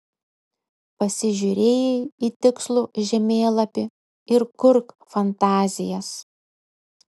pasižiūrėjai į tikslų žemėlapį ir kurk fantazijas